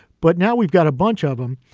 but now we've got a bunch of them,